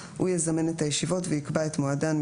הוא יזמן את הישיבות ויקבע את מועדן,